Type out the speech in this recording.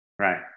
Right